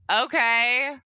okay